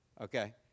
Okay